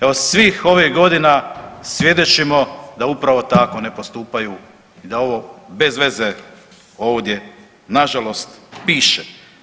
Evo, svih ovih godina svjedočimo da upravo tako ne postupaju i da ovo bez veze ovdje nažalost piše.